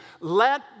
let